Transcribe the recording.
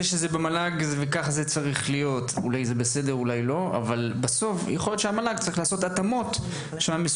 זה שזה במל"ג זה בסדר אבל יכול להיות שיש לבצע התאמות עבור